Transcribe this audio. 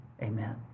amen